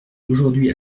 aujourd’hui